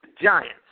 Giants